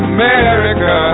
America